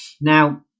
Now